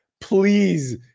Please